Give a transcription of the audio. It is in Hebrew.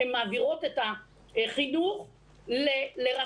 הן מעבירות את החינוך לרשתות.